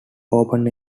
open